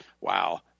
Wow